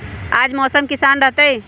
आज मौसम किसान रहतै?